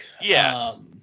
Yes